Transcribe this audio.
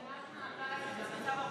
תודה רבה.